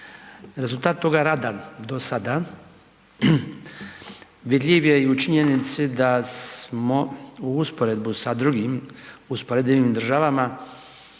Rezultat toga rada do sad vidljiv je i u činjenici da smo u usporedbu sa drugim usporedivim državama